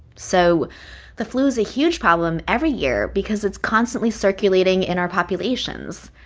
so the flu is a huge problem every year because it's constantly circulating in our populations.